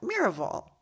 Miraval